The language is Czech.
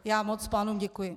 Já moc pánům děkuji.